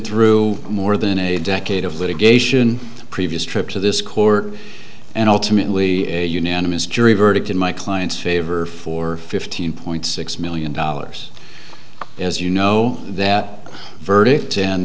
through more than a decade of litigation previous trip to this court and ultimately a unanimous jury verdict in my client's favor for fifteen point six million dollars as you know that verdict